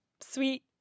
sweet